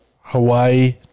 Hawaii